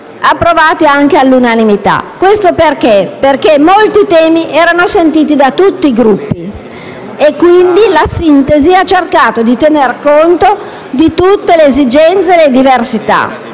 approvati all'unanimità. E questo perché molti temi erano sentiti da tutti i Gruppi e, quindi, la sintesi ha cercato di tener conto di tutte le esigenze e differenze.